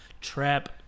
Trap